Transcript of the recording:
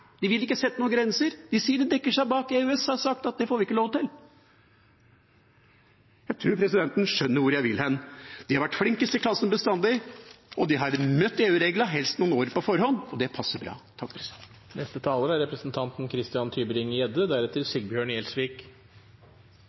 de vil ikke sette noen grenser. De dekker seg bak EØS som har sagt at det får vi ikke lov til. Jeg tror presidenten skjønner hvor jeg vil hen. De har vært flinkest i klassen bestandig, og de har møtt EU-reglene helst noen år på forhånd, og det passer bra. Til representanten Kolberg, som ennå ikke har forstått at representanten